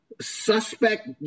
suspect